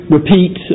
repeat